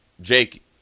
Jake –